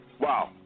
Wow